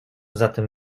zatem